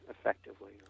effectively